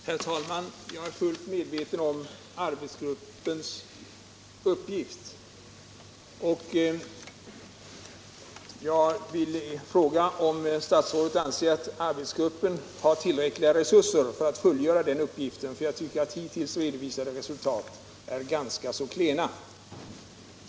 Herr talman! Jag är fullt medveten om arbetsgruppens uppgift, och jag vill därför fråga om statsrådet anser att arbetsgruppen har tillräckliga resurser för att fullgöra den uppgiften. Jag tycker nämligen att hittills redovisade resultat är ganska klena.